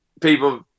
people